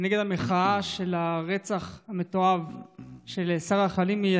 במחאה על הרצח המתועב של שרה חלימי,